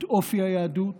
את אופי היהדות